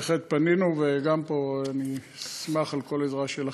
בהחלט פנינו, וגם פה אני אשמח על כל עזרה שלכם.